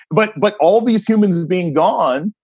but but all these humans and being gone,